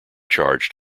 charge